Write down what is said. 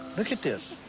look at this.